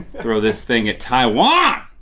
throw this thing at taiwan! oh